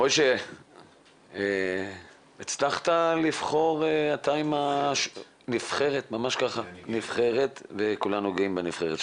היו לנו מכתבי שחרור ששלחנו למשל"ט והם לא עברו למלון בערד,